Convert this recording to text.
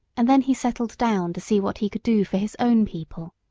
and then he settled down to see what he could do for his own people.